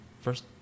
first